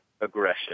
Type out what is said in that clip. aggression